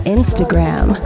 Instagram